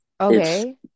Okay